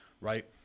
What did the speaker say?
right